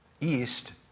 east